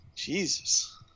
jesus